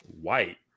white